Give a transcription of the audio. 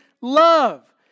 love